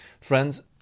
Friends